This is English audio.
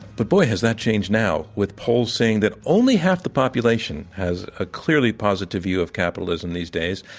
but, boy, has that changed now, with polls saying that only half the population has a clearly positive view of capitalism these days.